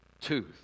tooth